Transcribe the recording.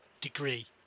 degree